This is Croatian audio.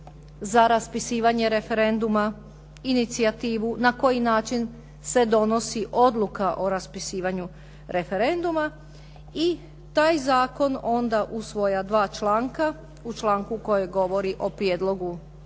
za raspisivanje referenduma, inicijativu na koji način se donosi odluka o raspisivanju referenduma i taj zakon onda u svoja dva članka, u članku koji govori o prijedlogu